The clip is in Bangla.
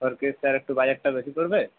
ফোর কে স্যার একটু বাজেটটা বেশি পড়বে